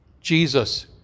Jesus